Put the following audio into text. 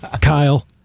Kyle